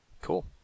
cool